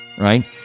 right